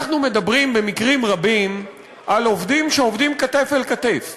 אנחנו מדברים במקרים רבים על עובדים שעובדים כתף אל כתף,